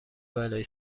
بلایی